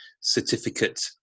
Certificate